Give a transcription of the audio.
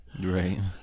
Right